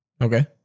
Okay